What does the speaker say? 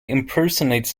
impersonates